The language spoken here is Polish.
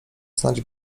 znać